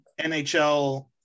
NHL